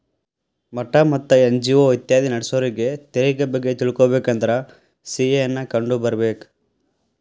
ಮಠಾ ಮತ್ತ ಎನ್.ಜಿ.ಒ ಇತ್ಯಾದಿ ನಡ್ಸೋರಿಗೆ ತೆರಿಗೆ ಬಗ್ಗೆ ತಿಳಕೊಬೇಕಂದ್ರ ಸಿ.ಎ ನ್ನ ಕಂಡು ಬರ್ಬೇಕ